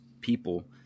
people